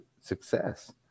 success